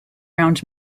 round